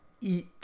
eat